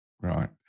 right